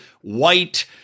white